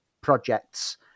projects